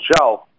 shelf